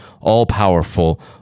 all-powerful